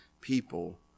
people